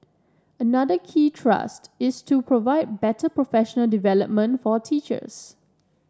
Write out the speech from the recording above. another key thrust is to provide better professional development for teachers